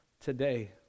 today